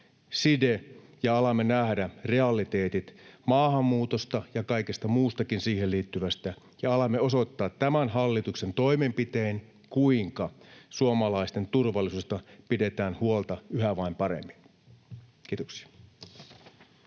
side ja alamme nähdä realiteetit maahanmuutosta ja kaikesta muustakin siihen liittyvästä ja alamme osoittaa tämän hallituksen toimenpitein, kuinka suomalaisten turvallisuudesta pidetään huolta yhä vain paremmin. — Kiitoksia.